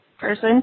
person